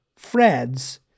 Freds